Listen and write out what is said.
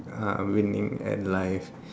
uh winning at life